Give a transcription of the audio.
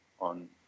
on